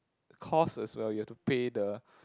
costs as well you have to pay the